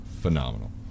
phenomenal